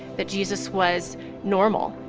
that jesus was normal.